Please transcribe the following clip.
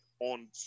on